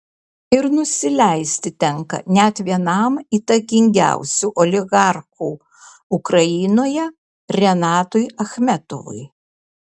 ir nusileisti tenka net vienam įtakingiausių oligarchų ukrainoje renatui achmetovui